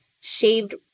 shaved